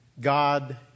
God